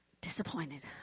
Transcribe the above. disappointed